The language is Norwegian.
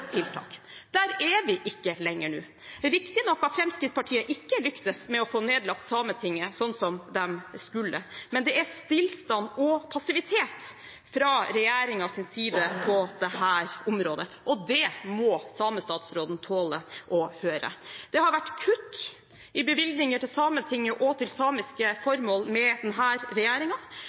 tiltak. Der er vi ikke lenger nå. Det er riktig nok at Fremskrittspartiet ikke lyktes med å få lagt ned Sametinget, slik som de skulle, men det er stillstand og passivitet fra regjeringens side på dette området, og det må samestatsråden tåle å høre. Det har vært kutt i bevilgninger til Sametinget og til samiske formål med